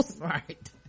Right